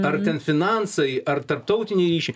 ar ten finansai ar tarptautiniai ryšiai